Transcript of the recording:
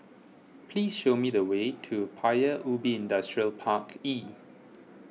please show me the way to Paya Ubi Industrial Park E